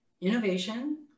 innovation